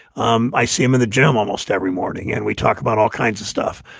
um i see him in the gym almost every morning and we talk about all kinds of stuff.